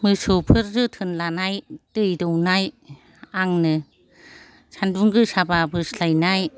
मोसौफोर जोथोन लानाय दै दौनाय आंनो सान्दुं गोसाबा बोस्लायनाय